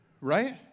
Right